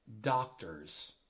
doctors